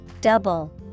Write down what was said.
Double